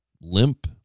limp